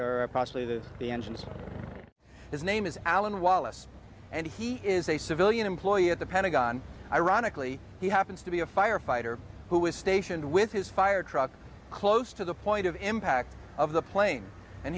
the the engines his name is alan wallace and he is a civilian employee at the pentagon ironically he happens to be a firefighter who was stationed with his fire truck close to the point of impact of the plane and